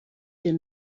viel